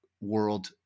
world